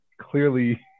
clearly